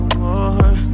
more